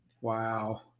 Wow